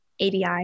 ADI